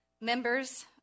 Members